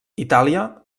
itàlia